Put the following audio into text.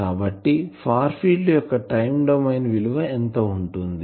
కాబట్టి far field యొక్క time domain విలువ ఎంత ఉంటుంది